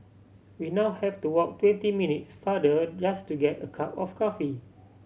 we now have to walk twenty minutes farther just to get a cup of coffee